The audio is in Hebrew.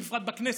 בפרט בכנסת,